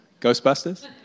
Ghostbusters